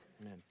Amen